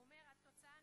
הוא אומר: התוצאה,